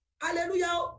Hallelujah